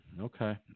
Okay